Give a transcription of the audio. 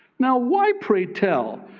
now why pray tell,